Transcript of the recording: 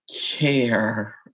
care